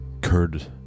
Curd